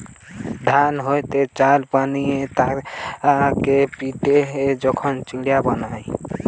ধান হইতে চাল বানিয়ে তাকে পিটে যখন চিড়া বানায়